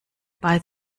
ball